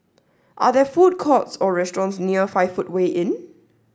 are there food courts or restaurants near five footway Inn